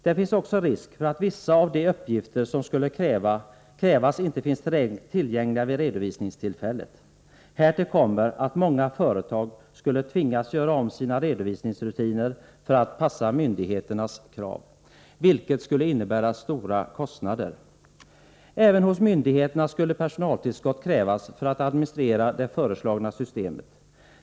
Det finns också risk för att vissa av de uppgifter som skulle krävas inte finnas tillgängliga vid redovisningstillfället. Härtill kommer att många företag skulle tvingas göra om sina redovisningsrutiner för att passa myndigheternas krav, vilket skulle innebära stora kostnader. Även hos myndigheterna skulle personaltillskott krävas för att administrera det föreslagna systemet.